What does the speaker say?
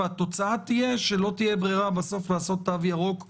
והתוצאה תהיה שלא תהיה ברירה בסוף לעשות תו ירוק גורף,